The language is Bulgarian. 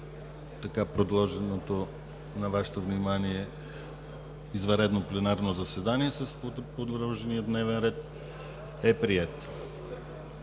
Така предложеното на Вашето внимание извънредно пленарно заседание, с предложения дневен ред, е прието.